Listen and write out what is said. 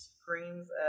Screams